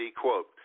quote